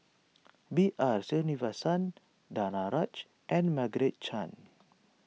B R Sreenivasan Danaraj and Margaret Chan